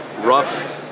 rough